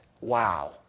Wow